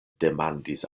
demandis